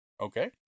Okay